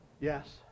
Yes